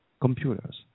computers